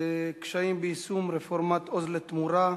קשיים ביישום רפורמת "עוז לתמורה"